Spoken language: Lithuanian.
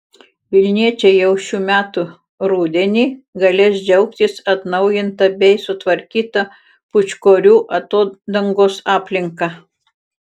vilniečiai jau šių metų rudenį galės džiaugtis atnaujinta bei sutvarkyta pūčkorių atodangos aplinka